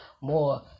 more